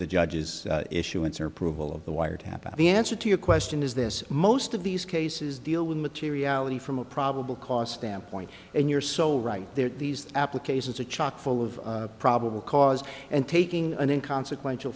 the judge's issuance or approval of the wiretap and the answer to your question is this most of these cases deal with materiality from a probable cause standpoint and you're so right there these applications are chock full of probable cause and taking an inconsequential